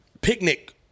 picnic